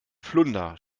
flunder